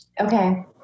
Okay